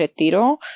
Retiro